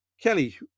Kelly